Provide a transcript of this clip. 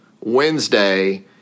Wednesday